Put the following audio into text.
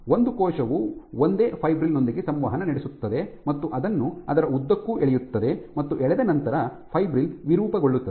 ಒಂದು ಕೋಶವು ಒಂದೇ ಫೈಬ್ರಿಲ್ ನೊಂದಿಗೆ ಸಂವಹನ ನಡೆಸುತ್ತದೆ ಮತ್ತು ಅದನ್ನು ಅದರ ಉದ್ದಕ್ಕೂ ಎಳೆಯುತ್ತದೆ ಮತ್ತು ಎಳೆದ ನಂತರ ಫೈಬ್ರಿಲ್ ವಿರೂಪಗೊಳ್ಳುತ್ತದೆ